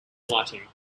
lighting